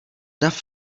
dav